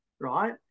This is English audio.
right